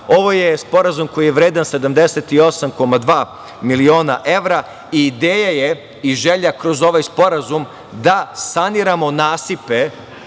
je sporazum koji je vredan 78,2 miliona evra i ideja je i želja kroz ovaj sporazum da saniramo nasipe